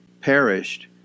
perished